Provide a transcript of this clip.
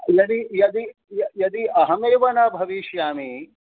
यदि यदि यदि अहमेव न भविष्यामि